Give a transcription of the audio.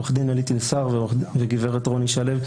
עורכת הדין הלית אילסר וגב' רוני שלו,